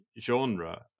genre